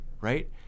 right